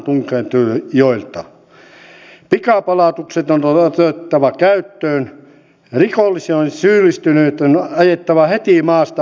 myös ne ihmiset on otettava huomioon jotka eivät käytä digitaalisia palveluita